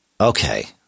okay